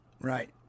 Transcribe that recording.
Right